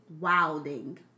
wilding